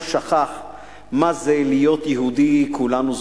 שכח מה זה להיות יהודי כולנו זוכרים.